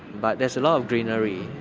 but there is a lot of greenery.